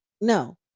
no